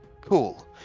cool